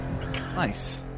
Nice